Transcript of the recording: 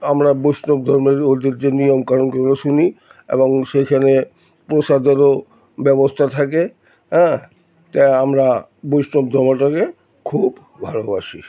আমরা বৈষ্ণব ধর্মের ওদের যে নিয়ম কানুনগুলো শুনি এবং সেখানে প্রসাদেরও ব্যবস্থা থাকে হ্যাঁ তাই আমরা বৈষ্ণব ধর্মটাকে খুব ভালোবাসি